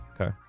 Okay